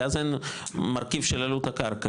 כי אז אין מרכיב של עלות הקרקע,